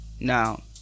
Now